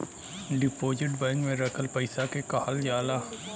deposit bank में रखल पइसा के कहल जाला